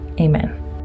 amen